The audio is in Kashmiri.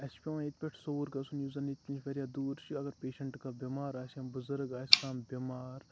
اَسہِ چھِ پٮ۪وان ییٚتہِ پٮ۪ٹھ سوٚوُر گژھُن یُس زَن ییٚتہِ نِش واریاہ دوٗر چھِ اگر پیشنٛٹ کانٛہہ بٮ۪مار آسہِ یا بُزرٕگ آسہِ کانٛہہ بٮ۪مار